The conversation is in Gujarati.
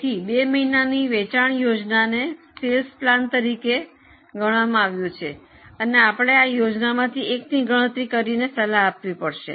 તેથી બે મહિનાને બે વેચાણ યોજના તરીકે ગણવામાં આવ્યુ છે અને આપણે યોજનામાંથી એકની ગણતરી કરીને સલાહ આપવી પડશે